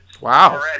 wow